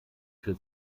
für